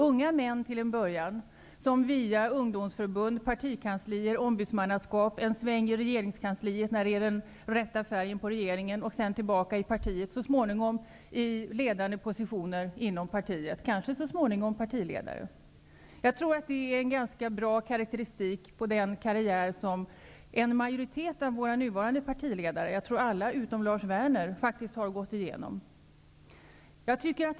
Till en början är de unga män som går från ungdomsförbund till partikanslier, ombudsmannaskap och -- när regeringen har den rätta färgen -- regeringskansliet. Sedan kommer de tillbaka till partiet, så småningom i ledande positioner, och kanske blir de partiledare. Detta är en ganska bra karakteristik på den karriär som en majoritet av våra nuvarande partiledare, utom Lars Werner, faktiskt har gjort.